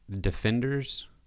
defenders